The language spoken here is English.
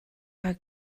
are